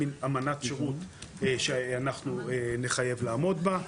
אמנת שירות שאנחנו נחייב לעמוד בה.